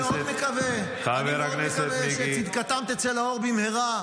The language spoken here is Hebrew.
אני מאוד מקווה שצדקתם תצא לאור במהרה,